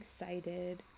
excited